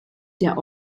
der